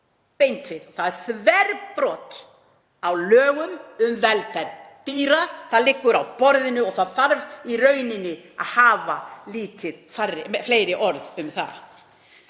beint við. Það er þverbrot á lögum um velferð dýra. Það liggur á borðinu og það þarf í rauninni að hafa lítið fleiri orð um það.